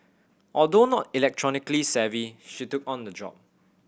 although not electronically savvy she took on the job